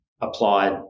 applied